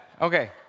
Okay